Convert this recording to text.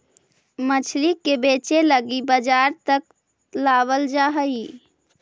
मछली के बेचे लागी बजार तक लाबल जा हई